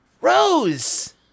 Rose